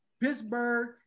Pittsburgh